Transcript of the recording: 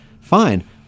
fine